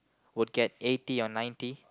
would get eighty or ninety